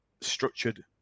structured